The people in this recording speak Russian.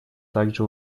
также